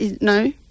No